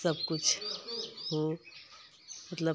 सब कुछ हो मतलब